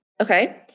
okay